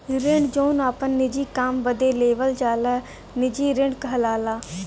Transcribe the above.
ऋण जौन आपन निजी काम बदे लेवल जाला निजी ऋण कहलाला